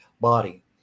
body